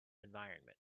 environment